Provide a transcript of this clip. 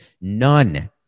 None